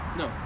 no